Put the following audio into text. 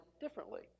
differently